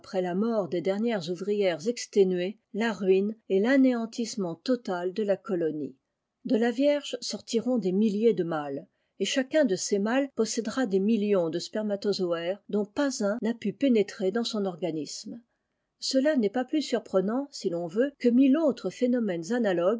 la mort des dernières ouvrières exténuées la ruine et ranéantîssement total de la colonie de la vierge sortiront des milliers de mâles et chacun de ces mâles possédera des millions de ces spermatozoaires dont pas un n'a pu pénétrer dans son organisme cela n'est pas plus surprenant si l'on veut que mille autres phénomènes analogues